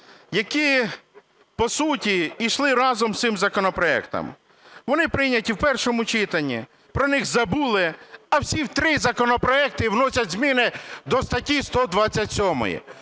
які по суті йшли разом з цим законопроектом. Вони прийняті в першому читанні, про них забули, а всі три законопроекти вносять зміни до статті 127.